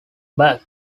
berg